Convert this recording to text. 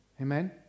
Amen